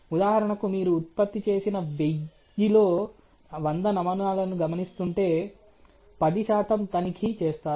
ఉదాహరణకు మీరు ఉత్పత్తి చేసిన వెయ్యిలో 100 నమూనాలను గమనిస్తుంటే పది శాతం తనిఖీ చేస్తారు